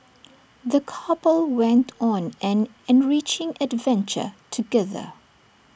the couple went on an enriching adventure together